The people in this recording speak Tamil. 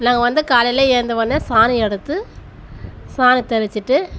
நாங்கள் வந்து காலையில் எழுந்த உடனே சாணி எடுத்து சாணம் தெளிச்சுட்டு